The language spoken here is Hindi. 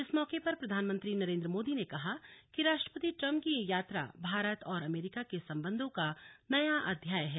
इस मौके पर प्रधानमंत्री नरेंद्र मोदी ने कहा कि राष्ट्रपति ट्रंप की यह यात्रा भारत और अमेरिका के संबंधों का नया अध्याय है